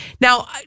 Now